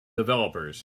developers